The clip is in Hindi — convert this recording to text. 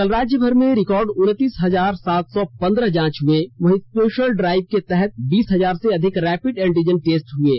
कल राज्यभर में रिकॉर्ड उनतीस हजार सात सौ पंद्रह जांच हुए वहीं स्पेशल ड्राइव के तहत बीस हजार से अधिक रैपिड एंटीजन टेस्ट किए गए